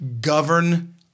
govern